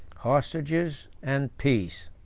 hostages, and peace.